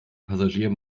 passagier